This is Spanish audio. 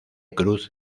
cruz